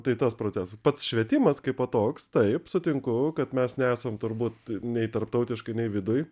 tai tas procesas pats švietimas kaipo toks taip sutinku kad mes nesam turbūt nei tarptautiškai nei viduj